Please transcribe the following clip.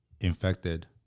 infected